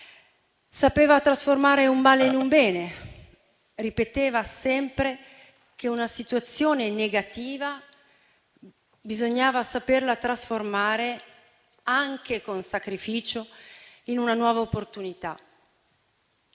Sapeva trasformare un male in un bene. Ripeteva sempre che una situazione negativa bisognava saperla trasformare, anche con sacrificio, in una nuova opportunità.